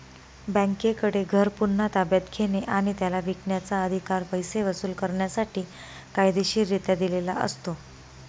बँकेकडे घर पुन्हा ताब्यात घेणे आणि त्याला विकण्याचा, अधिकार पैसे वसूल करण्यासाठी कायदेशीररित्या दिलेला असतो